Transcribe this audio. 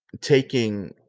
taking